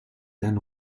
dann